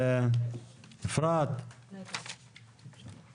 אדוני היושב ראש,